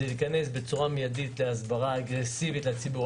להיכנס בצורה מיידית להסברה אגרסיבית לציבור.